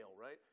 right